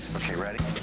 ok, ready?